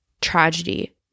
tragedy